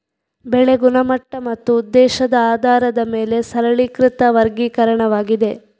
ಬೆಳೆ ಗುಣಮಟ್ಟ ಮತ್ತು ಉದ್ದೇಶದ ಆಧಾರದ ಮೇಲೆ ಸರಳೀಕೃತ ವರ್ಗೀಕರಣವಾಗಿದೆ